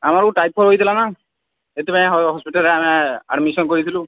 ଆମକୁ ଟାଇଫଏଡ୍ ହୋଇଥିଲା ନା ଏଥିପାଇଁ ହସ୍ପିଟାଲରେ ଆମେ ଆଡମିସନ୍ କରିଥିଲୁ